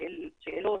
שאלות,